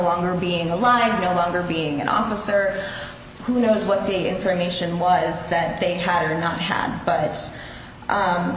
longer being alive no longer being an officer who knows what the information was that they had or not had but